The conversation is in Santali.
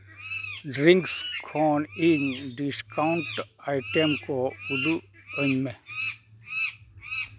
ᱰᱨᱤᱝᱠᱥ ᱠᱷᱚᱱᱤᱧ ᱰᱤᱥᱠᱟᱣᱩᱱᱴ ᱟᱭᱴᱮᱢ ᱠᱚ ᱩᱫᱩᱜᱼᱟᱹᱧ ᱢᱮ